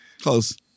Close